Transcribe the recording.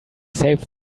save